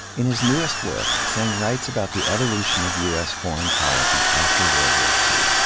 in his newest work, singh writes about the evolution of u s foreign policy after world war two.